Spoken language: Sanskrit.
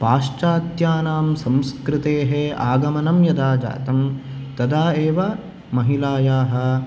पाश्चात्यानां संस्कृतेः आगमनं यदा जातं तदा एव महिलायाः